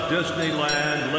Disneyland